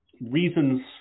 Reasons